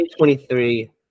2023